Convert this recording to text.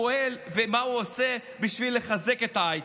פועל ומה הוא עושה בשביל לחזק את ההייטק.